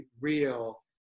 real